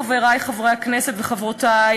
חברי חברי הכנסת וחברותי,